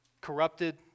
corrupted